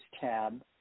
tab